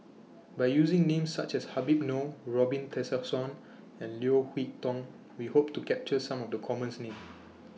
By using Names such as Habib Noh Robin Tessensohn and Leo Hee Tong We Hope to capture Some of The commons Names